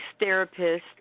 therapists